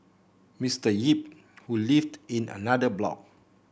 Mister Yip who lived in another block